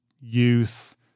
youth